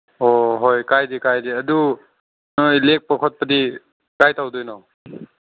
ꯑꯣ ꯍꯣꯏ ꯀꯥꯏꯗꯦ ꯀꯥꯏꯗꯦ ꯑꯗꯨ ꯅꯣꯏ ꯂꯦꯛꯄ ꯈꯣꯠꯄꯗꯤ ꯀꯥꯏ ꯇꯧꯗꯣꯏꯅꯣ